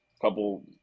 couple